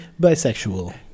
bisexual